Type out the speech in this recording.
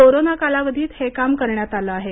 corona कालावधीत हे काम करण्यात आलं आहे